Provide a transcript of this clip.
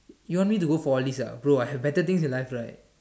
you want me to go for all these ah bro I have better thing in life right